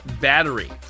Battery